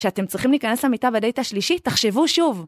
כשאתם צריכים להיכנס למיטה בדייט השלישי, תחשבו שוב!